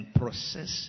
process